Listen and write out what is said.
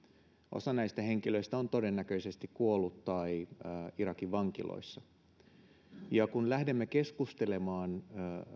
osa näistä henkilöistä on todennäköisesti kuollut tai on irakin vankiloissa ja kun lähdemme keskustelemaan